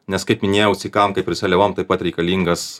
nes kaip minėjau sykam kaip ir seliavom taip pat reikalingas